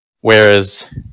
Whereas